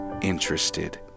interested